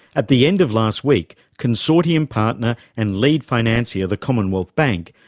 at the end of last week, consortium partner and lead financier, the commonwealth bank,